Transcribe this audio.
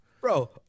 bro